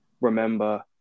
remember